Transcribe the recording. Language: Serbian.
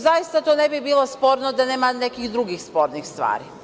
Zaista to ne bi bilo sporno da nema nekih drugih spornih stvari.